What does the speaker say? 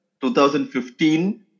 2015